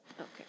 Okay